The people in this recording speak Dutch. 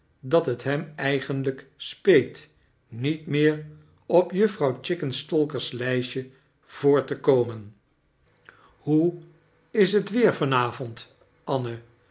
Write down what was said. dat het hem edgenlijk speet niet meer op juffrouw chickenstalkefr's lijstje voor te komen hoe is het weer van avond anne